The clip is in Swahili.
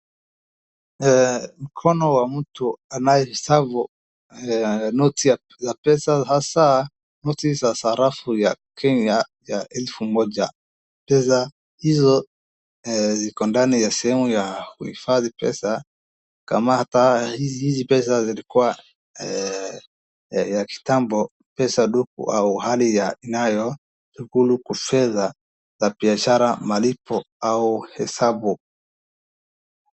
Mkono wa mtu anayehesabu noti ya pesa hasaa noti za sarafu ya Kenya ya elfu moja. Pesa hizo ziko ndani ya sehemu ya kuhifadhi pesa, hizi pesa zilikuwa za kitambo, pesa duku au hali inayo dukulu kwa fedha biashara ya malipo au hesabu.